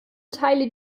teile